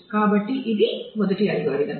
కాబట్టి ఇది మొదటి అల్గోరిథం